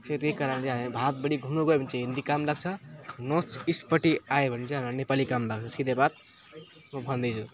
त्यो त्यही कारणले हामी भारतभरि घुम्नु गयो भने चाहिँ हिन्दी काम लाग्छ नर्थइस्टपट्टि आयो भने चाहिँ हामीलाई नेपाली काम लाग्छ सिधै बात म भन्दैछु